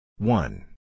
One